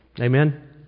Amen